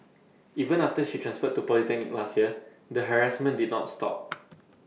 even after she transferred to polytechnic last year the harassment did not stop